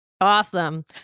awesome